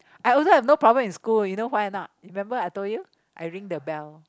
I also have no problem in school you know why or not remember I told you I ring the bell